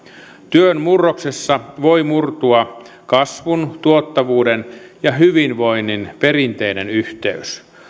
työn murroksessa voi murtua kasvun tuottavuuden ja hyvinvoinnin perinteinen yhteys